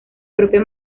propio